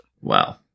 Wow